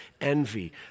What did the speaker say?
envy